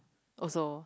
also